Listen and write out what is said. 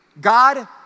God